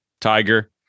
Tiger